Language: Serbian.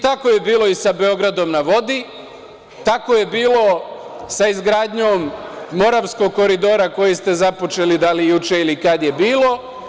Tako je bilo i sa „Beogradom na vodi“, tako je bilo sa izgradnjom Moravskog koridora, koji ste započeli da li juče ili kada je bilo.